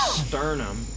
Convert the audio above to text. sternum